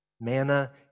manna